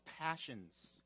passions